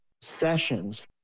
sessions